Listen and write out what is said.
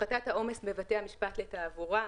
הפחתת העומס בבתי המשפט לתעבורה.